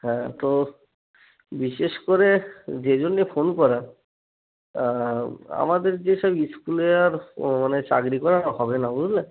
হ্যাঁ তো বিশেষ করে যে জন্য ফোন করা আমাদের যেসব স্কুলে আর ও মানে চাকরি করা হবে না বুঝলে